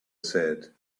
said